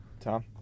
Tom